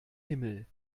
himmel